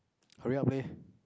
hurry up leh